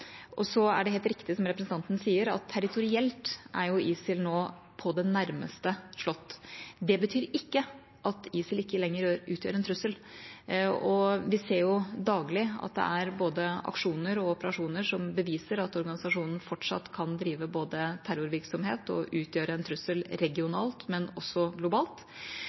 Irak. Så er det helt riktig som representanten sier, at territorielt er ISIL nå på det nærmeste slått. Det betyr ikke at ISIL ikke lenger utgjør en trussel, og vi ser daglig både aksjoner og operasjoner som beviser at organisasjonen fortsatt kan bedrive både terrorvirksomhet og utgjøre en trussel regionalt, men også globalt.